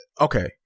okay